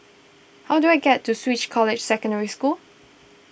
how do I get to Swiss Cottage Secondary School